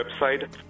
website